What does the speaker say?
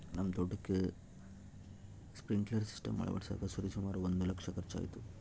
ನಮ್ಮ ತೋಟಕ್ಕೆ sprinkler system ಅಳವಡಿಸಕ ಸರಿಸುಮಾರು ಒಂದು ಲಕ್ಷ ಖರ್ಚಾಯಿತು